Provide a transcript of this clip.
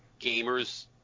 gamers